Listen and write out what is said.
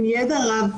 עם ידע רב,